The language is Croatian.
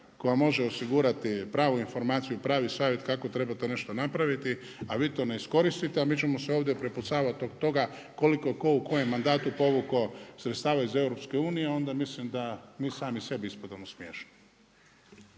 tko vam može osigurati pravu informaciju i pravi savjet kako treba to nešto napraviti, a vi to ne iskoristite, a mi ćemo se ovdje prepucavati zbog toga koliko je tko u kojem mandatu povukao sredstava iz EU, onda mislim da mi sami sebi ispadamo smiješni.